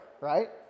right